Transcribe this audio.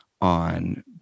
on